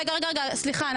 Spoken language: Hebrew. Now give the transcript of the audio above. רגע, רגע, סליחה.